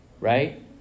right